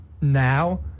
now